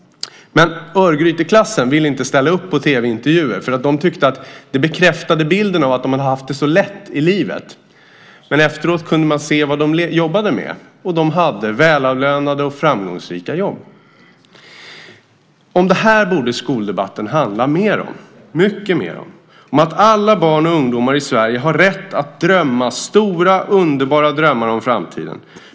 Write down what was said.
Men Örgryteklassen ville inte ställa upp på tv-intervjuer. De tyckte att det bara bekräftar bilden av att de haft det så lätt i livet. Men efteråt kunde man se vad de jobbade med. De hade välavlönade och framgångsrika jobb. Det här borde skoldebatten handla mycket mer om. Den borde handla om att alla barn och ungdomar i Sverige har rätt att drömma stora, underbara drömmar om framtiden.